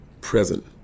present